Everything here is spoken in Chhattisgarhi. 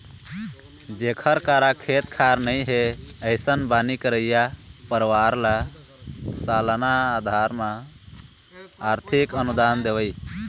जेखर करा खेत खार नइ हे, अइसन बनी करइया परवार ल सलाना अधार म आरथिक अनुदान देवई